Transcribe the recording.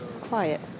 quiet